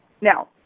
Now